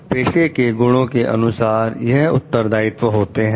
पेशे के गुणों के अनुसार यह उत्तरदायित्व होते हैं